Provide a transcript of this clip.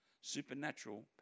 Supernatural